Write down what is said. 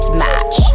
match